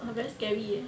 !wah! very scary eh